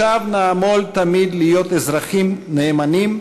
לשווא נעמול תמיד להיות אזרחים נאמנים,